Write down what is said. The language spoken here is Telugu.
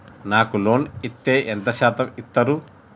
నాకు లోన్ ఇత్తే ఎంత శాతం ఇత్తరు?